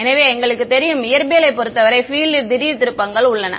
எனவே எங்களுக்குத் தெரியும் இயற்பியலைப் பொருத்தவரை பீல்ட் ல் திடீர் திருப்பங்கள் உள்ளன